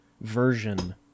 version